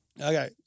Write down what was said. Okay